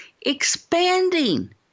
expanding